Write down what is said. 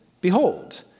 Behold